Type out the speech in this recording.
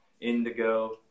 indigo